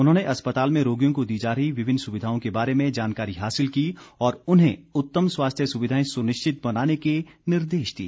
उन्होंने अस्पताल में रोगियों को दी जा रही विभिन्न सुविधाओं के बारे में जानकारी हासिल की और उन्हें उत्तम स्वास्थ्य सुविधाएं सुनिश्चित बनाने के निर्देश दिए